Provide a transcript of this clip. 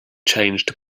changed